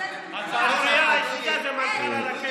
השערורייה היחידה זה מנכ"ל הרכבת.